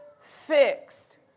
fixed